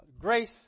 grace